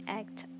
act